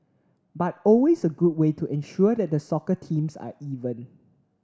but always a good way to ensure that the soccer teams are even